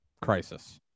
crisis